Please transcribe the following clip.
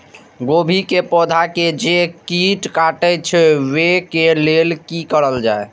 गोभी के पौधा के जे कीट कटे छे वे के लेल की करल जाय?